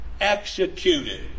Executed